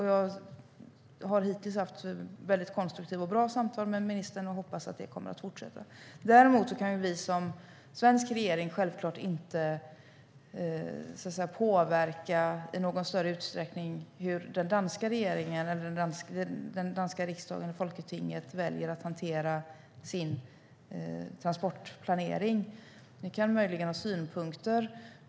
Jag har hittills haft väldigt konstruktiva och bra samtal med ministern och hoppas att det kommer att fortsätta. Däremot kan vi i den svenska regeringen självklart inte i någon större utsträckning påverka hur den danska regeringen eller den danska riksdagen, folketinget, väljer att hantera sin transportplanering. Vi kan möjligen ha synpunkter.